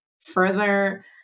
further